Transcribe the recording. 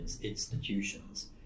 institutions